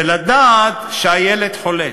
ויש לדעת שהילד חולה,